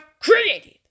created